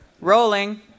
Rolling